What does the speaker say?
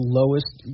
lowest